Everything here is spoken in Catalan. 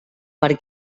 per